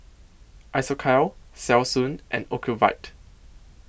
Isocal Selsun and Ocuvite